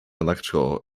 electrical